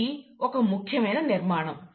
ఇది ఒక ముఖ్యమైన నిర్మాణం